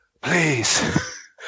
Please